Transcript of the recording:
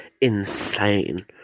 insane